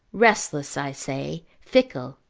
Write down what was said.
restless, i say, fickle,